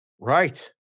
Right